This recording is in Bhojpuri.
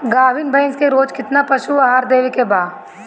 गाभीन भैंस के रोज कितना पशु आहार देवे के बा?